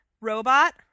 robot